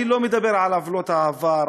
אני לא מדבר על עוולות העבר,